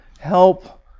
help